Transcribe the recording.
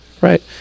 right